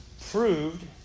proved